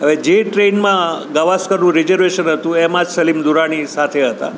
હવે જે ટ્રેનમાં ગાવસ્કરનું રિજર્વેશન હતું એમાં સલીમ દુરાની સાથે હતા